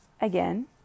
again